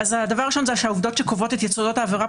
הדבר הראשון זה שהעבודות שקובעות את יסודות העבירה